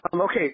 okay